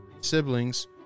siblings